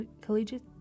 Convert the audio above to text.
collegiate